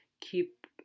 keep